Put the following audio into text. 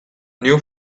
new